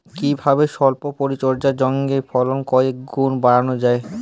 কিভাবে সল্প পরিচর্যায় ঝিঙ্গের ফলন কয়েক গুণ বাড়ানো যায়?